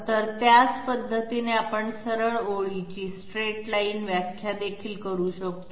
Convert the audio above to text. तर त्याच पद्धतीने आपण सरळ ओळी ची व्याख्या देखील करू शकतो